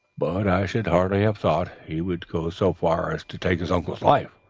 but i should hardly have thought he would go so far as to take his uncle's life.